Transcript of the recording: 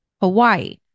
Hawaii